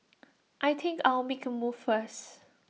I think I'll make A move first